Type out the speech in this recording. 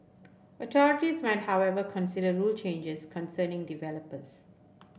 authorities might however consider rule changes concerning developers